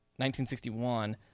1961